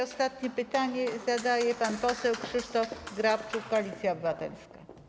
Ostatnie pytanie zadaje pan poseł Krzysztof Grabczuk, Koalicja Obywatelska.